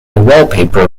wallpaper